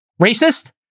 racist